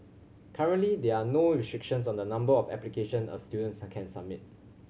currently there are no restrictions on the number of application a student can submit